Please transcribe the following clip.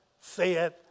saith